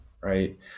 Right